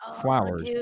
flowers